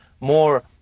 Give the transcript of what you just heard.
more